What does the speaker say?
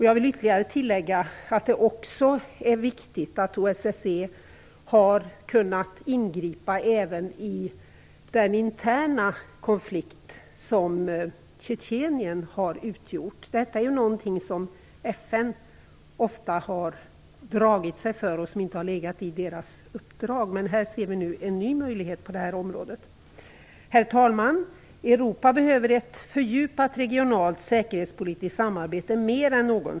Jag vill tillägga att det också är viktigt att OSSE har kunnat ingripa även i den interna konflikt som Tjetjenienkonflikten utgjort. Det är någonting som FN ofta dragit sig för, eftersom det inte ingått i dess uppdrag. Men nu ser vi en ny möjlighet på det här området. Herr talman! Europa behöver mer än någonsin ett fördjupat regionalt och säkerhetspolitiskt samarbete.